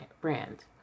brand